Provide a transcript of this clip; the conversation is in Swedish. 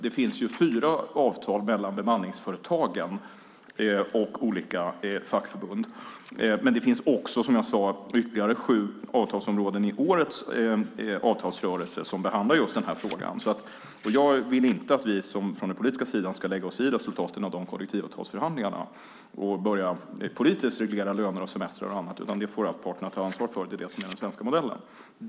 Det finns ju fyra avtal mellan bemanningsföretagen och olika fackförbund, men det finns också ytterligare sju avtalsområden i årets avtalsrörelse som behandlar just den här frågan. Jag vill inte att vi från den politiska sidan ska lägga oss i resultaten av de kollektivavtalsförhandlingarna och politiskt börja reglera löner och semestrar och annat, utan det får allt parterna ta ansvar för. Det är det som är den svenska modellen.